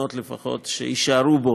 לפחות אותן מדינות שיישארו בו